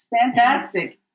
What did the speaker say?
Fantastic